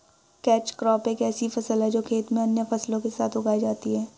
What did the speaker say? catch crop एक ऐसी फसल है जो खेत में अन्य फसलों के साथ उगाई जाती है